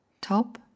top